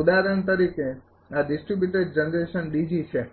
ઉદાહરણ તરીકે આ ડિસ્ટ્રિબ્યુટેડ જનરેશન DG છે